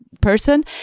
person